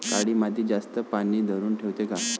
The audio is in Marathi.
काळी माती जास्त पानी धरुन ठेवते का?